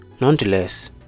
Nonetheless